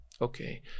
okay